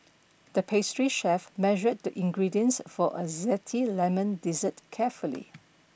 the pastry chef measured the ingredients for a zesty lemon dessert carefully